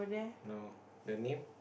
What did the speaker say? no the name